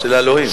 של אלוהים.